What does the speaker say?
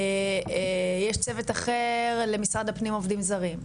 יש צוות אחר למשרד הפנים עובדים זרים,